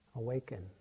awaken